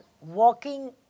walking